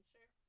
Sure